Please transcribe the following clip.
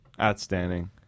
Outstanding